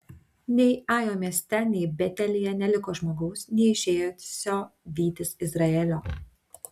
nei ajo mieste nei betelyje neliko žmogaus neišėjusio vytis izraelio